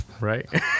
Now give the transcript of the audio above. right